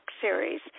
Series